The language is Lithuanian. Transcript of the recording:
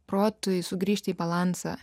protui sugrįžti į balansą